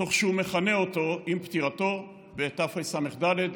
עם פטירתו בהתרס"ד,